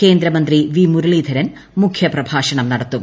കേന്ദ്രമന്ത്രി വി മുരളീധരൻ മുഖ്യ പ്രഭാഷണം നടത്തും